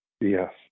Yes